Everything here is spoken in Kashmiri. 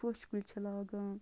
پوشہٕ کُلۍ چھِ لاگان